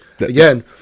Again